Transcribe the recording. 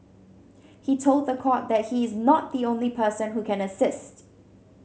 he told the court that he is not the only person who can assist